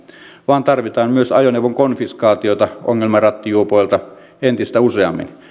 vaan tarvitaan myös ajoneuvon konfiskaatiota ongelmarattijuopoilta entistä useammin